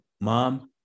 Mom